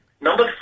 number